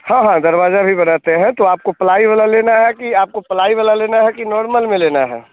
हाँ हाँ दरवाज़ा भी बनाते हैं तो आपको प्लाई वाला लेना है कि आपको प्लाई वाला लेना है कि नार्मल में लेना है